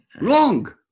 Wrong